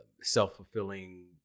self-fulfilling